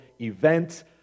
event